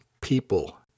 people